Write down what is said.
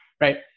right